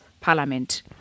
Parliament